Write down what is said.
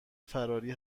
فراری